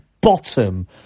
bottom